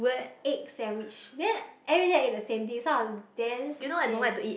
egg sandwich then every day I eat the same thing so I was damn sian